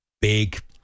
big